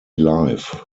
life